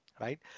right